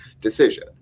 decision